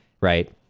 right